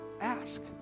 ask